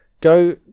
go